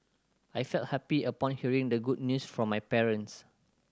I felt happy upon hearing the good news from my parents